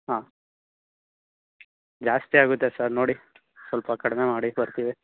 ಹಾಂ ಜಾಸ್ತಿ ಆಗುತ್ತೆ ಸರ್ ನೋಡಿ ಸ್ವಲ್ಪ ಕಡಿಮೆ ಮಾಡಿ ಬರ್ತೀವಿ